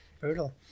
Brutal